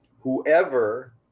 whoever